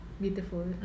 beautiful